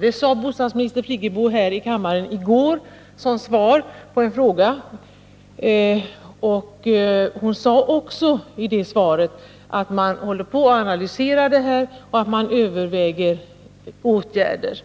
Det sade bostadsminister Friggebo här i kammaren i går som svar på en fråga, och hon sade också att man håller på att analysera det och att man överväger åtgärder.